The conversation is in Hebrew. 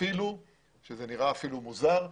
אפילו שזה נראה מוזר,